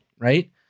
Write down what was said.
right